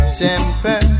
temper